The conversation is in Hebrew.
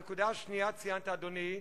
הנקודה השנייה, ציינת, אדוני,